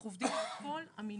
אנחנו עובדים על כל המנעד,